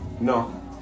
no